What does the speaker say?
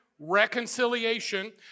reconciliation